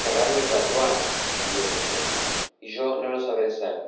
querránme para truhana respondió preciosa y yo no lo sabré ser